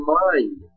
mind